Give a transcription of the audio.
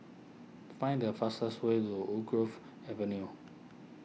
find the fastest way to Woodgrove Avenue